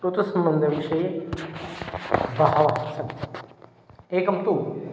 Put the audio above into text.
ऋतुसंबन्धविषये बहवः सन्ति एकं तु